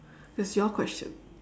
it's your question